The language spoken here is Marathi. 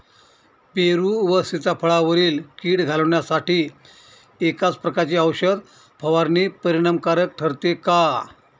पेरू व सीताफळावरील कीड घालवण्यासाठी एकाच प्रकारची औषध फवारणी परिणामकारक ठरते का?